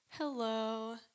Hello